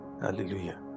Hallelujah